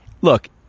Look